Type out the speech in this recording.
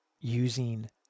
using